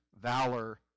Valor